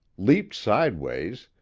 leaped sidewise,